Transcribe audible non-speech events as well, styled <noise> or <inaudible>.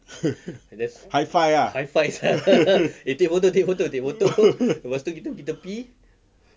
<laughs> high five ah <laughs>